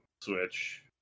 Switch